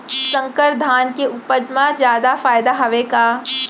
संकर धान के उपज मा जादा फायदा हवय का?